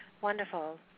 wonderful